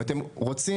אם אתם רוצים,